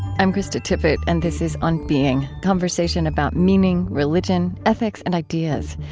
i'm krista tippett, and this is on being conversation about meaning, religion, ethics, and ideas.